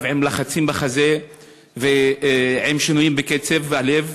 עם לחצים בחזה ועם שינויים בקצב הלב.